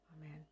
amen